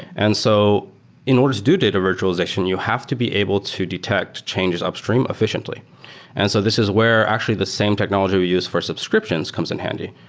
and so in order to do data virtualization, you have to be able to detect changes upstream effi ciently. and so this is where actually the same technology we used for subscriptions comes in handy,